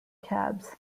cabs